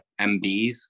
MBs